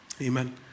Amen